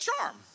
charm